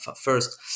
first